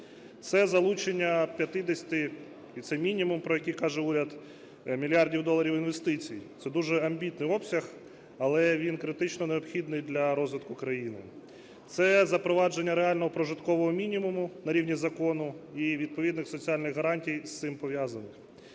Це залучення 50 (і це мінімум, про який каже уряд) мільярдів доларів інвестицій. Це дуже амбітний обсяг, але він критично необхідний для розвитку країни. Це запровадження реального прожиткового мінімуму на рівні закону і, відповідно, соціальних гарантій з цим пов'язаних.